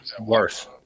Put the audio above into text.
worse